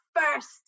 first